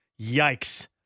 Yikes